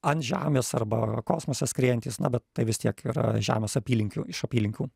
ant žemės arba kosmose skriejantys na bet tai vis tiek yra žemės apylinkių iš apylinkių